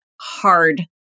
hard